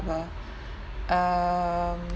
level um